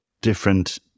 different